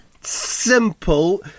Simple